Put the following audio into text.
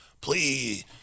Please